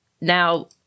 Now